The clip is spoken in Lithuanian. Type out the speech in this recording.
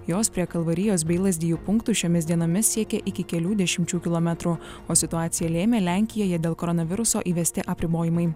jos prie kalvarijos bei lazdijų punktus šiomis dienomis siekė iki kelių dešimčių kilometrų o situaciją lėmė lenkijoje dėl koronaviruso įvesti apribojimai